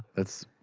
that's.